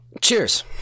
Cheers